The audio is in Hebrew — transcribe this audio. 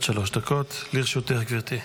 עד שלוש דקות לרשותך, גברתי.